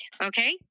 Okay